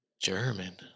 German